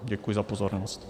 Děkuji za pozornost.